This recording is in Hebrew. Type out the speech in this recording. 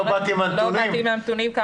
לא באת עם הנתונים?